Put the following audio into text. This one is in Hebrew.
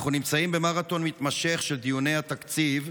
אנחנו נמצאים במרתון מתמשך של דיוני התקציב.